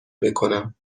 بکنم